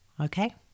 Okay